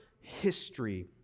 history